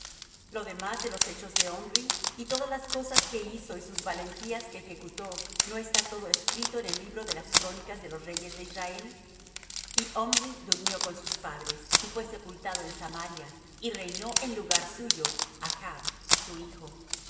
lo demás de los hechos de baasa y las cosas que hizo y su fortaleza no está todo escrito en el libro de las crónicas de los reyes de israel y durmió baasa con sus padres y fué sepultado en thirsa y reinó en su lugar ela su hijo